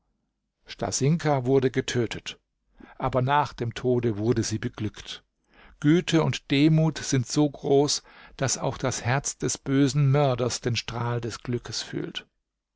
stasinka wurde getötet aber nach dem tode wurde sie beglückt güte und demut sind so groß daß auch das herz des bösen mörders den strahl des glückes fühlt